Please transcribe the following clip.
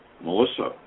Melissa